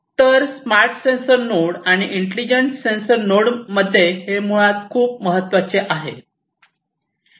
तर smart sensor node आणि intelligent sensor नोड्समध्ये हे मुळात खूप महत्वाचे आहे